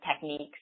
techniques